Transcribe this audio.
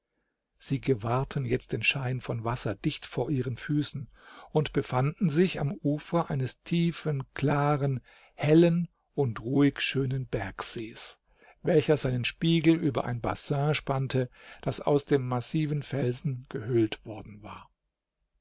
sie gewahrten jetzt den schein von wasser dicht vor ihren füßen und befanden sich am ufer eines tiefen klaren hellen und ruhigschönen bergsee's welcher seinen spiegel über ein bassin ausspannte das aus dem massiven felsen gehöhlt worden war